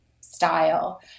style